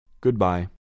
Goodbye